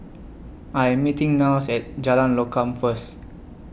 I Am meeting Niles At Jalan Lokam First